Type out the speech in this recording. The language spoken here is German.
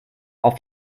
auf